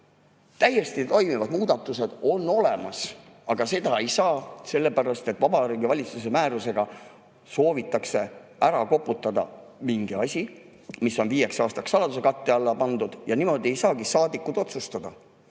Täiesti toimivad muudatused on olemas, aga seda ei saa, sellepärast et Vabariigi Valitsuse määrusega soovitakse ära koputada mingi asi, mis on viieks aastaks saladuskatte alla pandud. Ja niimoodi ei saagi saadikud otsustada,